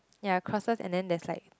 ya crossters and then there's like